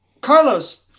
Carlos